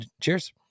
cheers